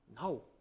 no